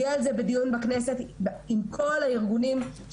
המשרד הודיע על זה בדיון בכנת ב6נערך בנוכחות כל הארגונים הרלוונטיים,